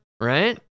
right